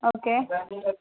okay